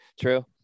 True